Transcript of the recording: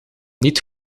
niet